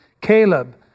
Caleb